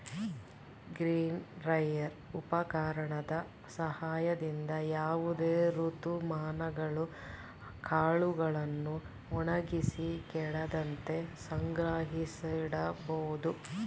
grain dryer ಉಪಕರಣದ ಸಹಾಯದಿಂದ ಯಾವುದೇ ಋತುಮಾನಗಳು ಕಾಳುಗಳನ್ನು ಒಣಗಿಸಿ ಕೆಡದಂತೆ ಸಂಗ್ರಹಿಸಿಡಬೋದು